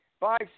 five